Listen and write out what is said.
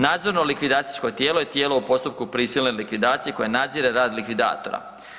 Nadzorno likvidacijsko tijelo je tijelo u postupku prisilne likvidacije koje nadzire rad likvidatora.